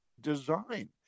design